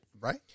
Right